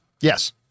Yes